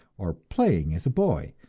or playing as a boy,